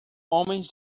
homens